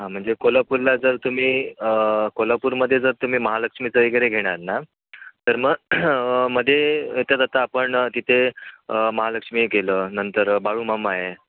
हां म्हणजे कोल्हापूरला जर तुम्ही कोल्हापूरमध्ये जर तुम्ही महालक्ष्मीचं वगैरे घेणार ना तर मग मध्ये येता जाता आपण तिथे महालक्ष्मी केलं नंतर बाळूमामा आहे